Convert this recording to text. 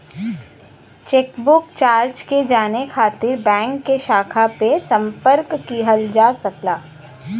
chequebook charge के जाने खातिर बैंक के शाखा पे संपर्क किहल जा सकला